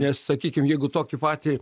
nes sakykim jeigu tokį patį